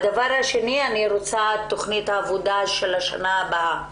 דבר שני, אני רוצה את תוכנית העבודה של השנה הבאה